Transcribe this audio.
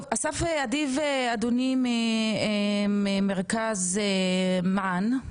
טוב, אסף אדיב, אדוני ממרכז מען,